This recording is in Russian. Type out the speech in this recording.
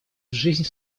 жизнь